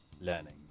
learning